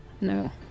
No